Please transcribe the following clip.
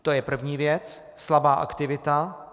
To je první věc slabá aktivita.